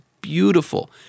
beautiful